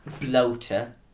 bloater